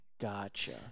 Gotcha